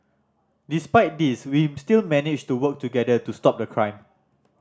despite these we still managed to work together to stop the crime